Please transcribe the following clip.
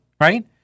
right